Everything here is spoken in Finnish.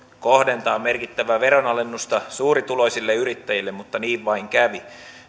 kohdentaa merkittävää veronalennusta suurituloisille yrittäjille mutta niin vain kävi